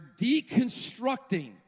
deconstructing